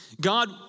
God